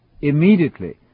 immediately